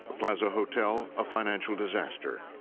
plaza hotel a financial disaster.